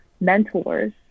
mentors